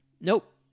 Nope